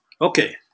Okay